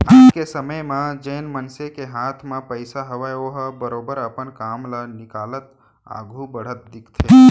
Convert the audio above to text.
आज के समे म जेन मनसे के हाथ म पइसा हावय ओहर बरोबर अपन काम ल निकालत आघू बढ़त दिखथे